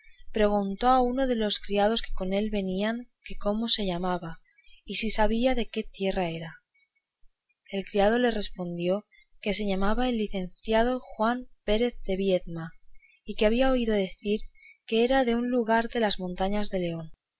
a uno de los criados que con él venían que cómo se llamaba y si sabía de qué tierra era el criado le respondió que se llamaba el licenciado juan pérez de viedma y que había oído decir que era de un lugar de las montañas de león